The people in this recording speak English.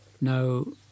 no